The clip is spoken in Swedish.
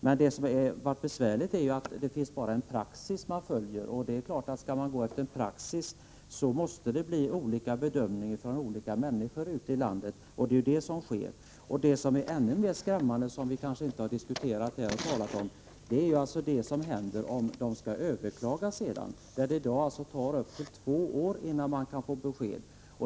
Vad som har varit besvärligt är att det bara finns en praxis att följa. Om man går efter en praxis måste det bli olika bedömningar från olika människor ute i landet, och det är det som sker. Vad som är ännu mer skrämmande, som vi inte har diskuterat här, är vad som händer om en familj skall överklaga. Det tar i dag upp till två år innan man kan få besked.